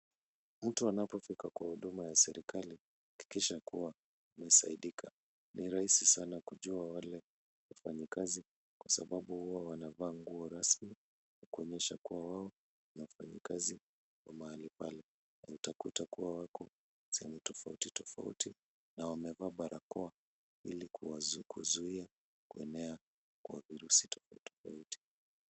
Mtu anapofika kwa huduma ya serikali, hakikisha kuwa amesaidika. Ni rahisi sana kujua wale wafanyikazi kwa sababu huwa wanavaa nguo rasmi kuonyesha kuwa wao ni wafanyikazi wa mahali pale na utakuta kuwa wako sehemu tofauti tofauti na wamevaa barakoa ili kuzuia kuenea kwa virusi tofauti tofauti.